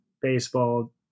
baseball